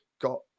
Got